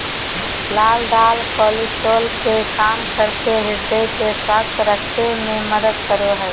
लाल दाल कोलेस्ट्रॉल के कम करके हृदय के स्वस्थ रखे में मदद करो हइ